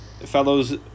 fellow's